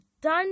done